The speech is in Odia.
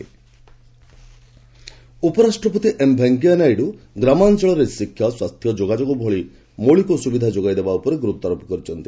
ଭିପି ରୁରାଲ୍ ଉପରାଷ୍ଟ୍ରପତି ଏମ୍ ଭେଙ୍କିୟା ନାଇଡୁ ଗ୍ରାମାଞ୍ଚଳରେ ଶିକ୍ଷା ସ୍ୱାସ୍ଥ୍ୟ ଯୋଗାଯୋଗ ଭଳି ମୌଳିକ ସୁବିଧା ଯୋଗାଇଦେବା ଉପରେ ଗୁରୁତ୍ୱାରୋପ କରିଛନ୍ତି